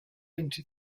into